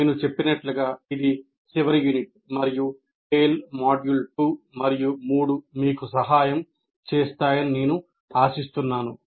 నేను చెప్పినట్లుగా ఇది చివరి యూనిట్ మరియు TALE మాడ్యూల్ 2 మరియు 3 మీకు సహాయం చేస్తాయని నేను ఆశిస్తున్నాను